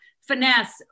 finesse